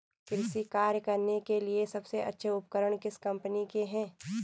कृषि कार्य करने के लिए सबसे अच्छे उपकरण किस कंपनी के हैं?